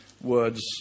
words